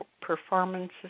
performances